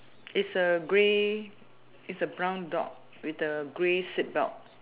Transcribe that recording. it's a grey it's a brown dog with a grey seatbelt